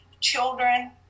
children